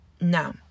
No